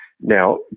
now